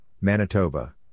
Manitoba